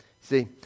See